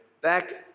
back